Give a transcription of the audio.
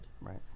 Right